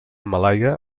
malaia